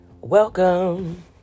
welcome